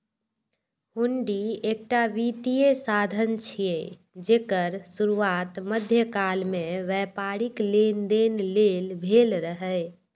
हुंडी एकटा वित्तीय साधन छियै, जेकर शुरुआत मध्यकाल मे व्यापारिक लेनदेन लेल भेल रहै